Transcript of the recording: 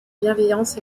bienveillance